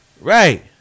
Right